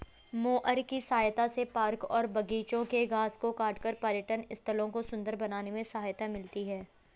mower की सहायता से पार्क और बागिचों के घास को काटकर पर्यटन स्थलों को सुन्दर बनाने में सहायता मिलती है